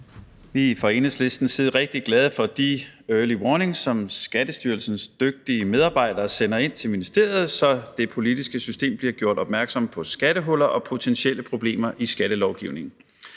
Vi er fra Enhedslistens side rigtig glade for de early warnings, som Skattestyrelsens dygtige medarbejdere sender ind til ministeriet, så det politiske system bliver gjort opmærksom på skattehuller og potentielle problemer i skattelovgivningen.